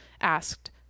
asked